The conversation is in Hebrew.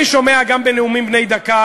אני שומע גם בנאומים בני דקה,